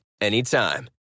anytime